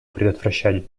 предотвращать